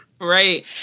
Right